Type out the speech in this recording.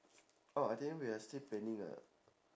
oh itinerary we are still planning uh